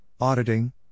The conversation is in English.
auditing